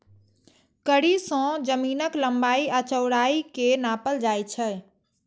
कड़ी सं जमीनक लंबाइ आ चौड़ाइ कें नापल जाइ छै